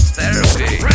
Therapy